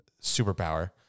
superpower